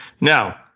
Now